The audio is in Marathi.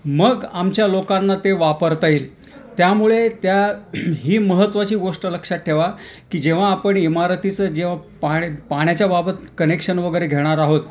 मग आमच्या लोकांना ते वापरता येईल त्यामुळे त्या ही महत्त्वाची गोष्ट लक्षात ठेवा की जेव्हा आपण इमारतीचं जेव् पाण्या पाण्याच्या बाबत कनेक्शन वगैरे घेणार आहोत